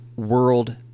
world